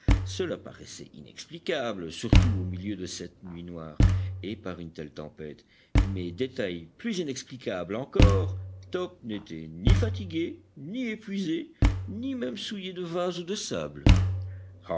cela paraissait inexplicable surtout au milieu de cette nuit noire et par une telle tempête mais détail plus inexplicable encore top n'était ni fatigué ni épuisé ni même souillé de vase ou de sable